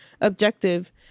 objective